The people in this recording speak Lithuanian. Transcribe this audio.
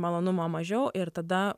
malonumo mažiau ir tada